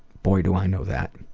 boy do i know that.